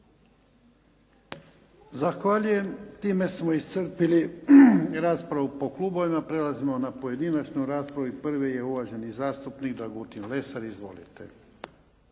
Zahvaljujem. Time smo iscrpili raspravu po klubovima. Prelazimo na pojedinačnu raspravu i prvi je uvaženi zastupnik Dragutin Lesar. Izvolite.